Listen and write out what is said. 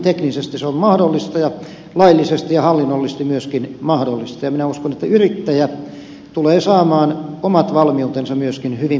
teknisesti se on mahdollista ja laillisesti ja hallinnollisesti myöskin mahdollista ja minä uskon että yrittäjä tulee saamaan omat valmiutensa myöskin hyvin